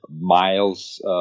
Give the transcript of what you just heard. miles